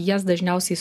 jas dažniausiais